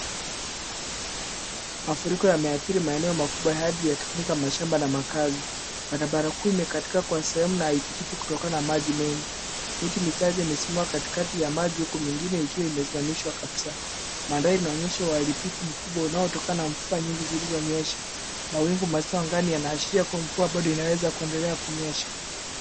Mafuriko yameathiri maeneo makubwa hadi yakafunika mashamba na makaazi. Barabara kuu imekatika kwa sehemu na haipitiki kutokana na maji mengi . Miti michache imesimama katikati ya maji huku mingine ikiwa imesimamishwa kabisa. Mandhari inaonyesha uharibifu mkubwa unaotokana na mvua mingi iliyonyesha. Mawingu mazito angani yanaashiria kuwa mvua inaweza endelea kunyesha.